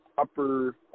upper